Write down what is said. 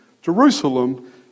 Jerusalem